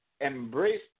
embrace